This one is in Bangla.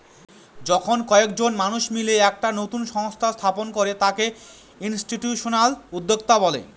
যখন কয়েকজন মানুষ মিলে একটা নতুন সংস্থা স্থাপন করে তাকে ইনস্টিটিউশনাল উদ্যোক্তা বলে